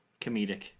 comedic